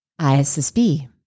ISSB